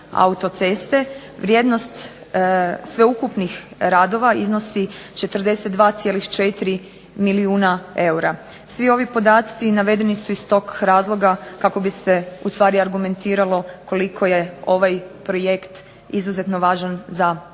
autoceste. Vrijednost sveukupnih radova iznosi 42,4 milijuna eura. Svi ovi podaci navedeni su iz tog razloga kako bi se ustvari argumentiralo koliko je ovaj projekt izuzetno važan za Republiku